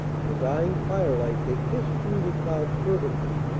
in the dying firelight they kissed julia cloud fervently,